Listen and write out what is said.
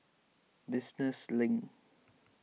Business Link